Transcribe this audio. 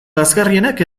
lazgarrienak